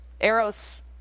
arrows